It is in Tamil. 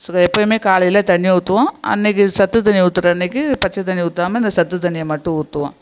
ஸோ எப்பையுமே காலையில தண்ணி ஊற்றுவோம் அன்றைக்கு சத்து தண்ணி ஊற்றுற அன்றைக்கு பச்சை தண்ணி ஊற்றாம இந்த சத்து தண்ணியை மட்டும் ஊற்றுவோம்